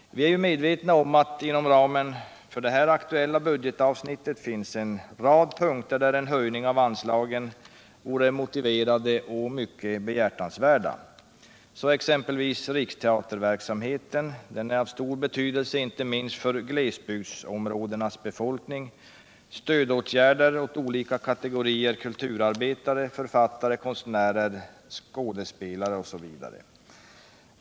Vi är medvetna om att inom ramen för det här aktuella budgetavsnittet finns en rad punkter där höjningar av anslagen vore motiverade och mycket behjärtansvärda. Sålunda är exempelvis riksteaterverksamheten av stor betydelse inte minst för glesbygdsområdenas befolkning, liksom stödåtgärder åt olika kategorier: kulturarbetare, författare, konstnärer, skådespelare osv.